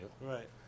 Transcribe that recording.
Right